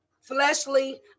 fleshly